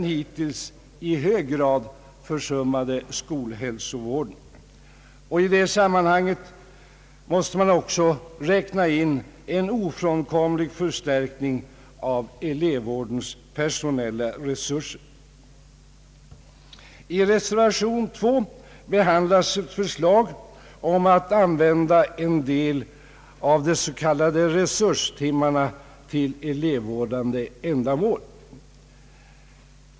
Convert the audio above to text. I detta sammanhang måste man också räkna in en ofrånkomlig förstärkning av elevvårdens personella resurser. Herr Mattsson har ingående motiverat varför kraftfulla och snabba åtgärder behövs på detta område, och jag behöver inte upprepa vad han sagt utan kan instämma med honom. Här talar vi om något som tränger sig på; det vet alla som har nära kontakt med förhållandena ute på fältet. I reservationen 2 behandlas ett förslag om att en del av de s.k. resurstimmarna skall användas till elevvårdande ändamål.